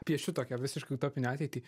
apie šitokią visiškai utopinę ateitį